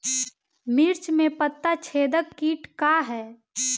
मिर्च में पता छेदक किट का है?